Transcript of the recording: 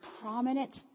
prominent